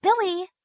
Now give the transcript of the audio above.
Billy